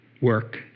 work